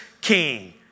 king